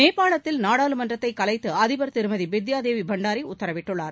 நேபாளத்தில் நாடாளுமன்றத்தை கலைத்து அதிபர் திருமதி பித்யாதேவி பண்டாரி உத்தரவிட்டுள்ளார்